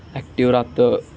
active राहातं